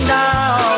now